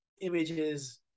images